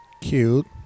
Cute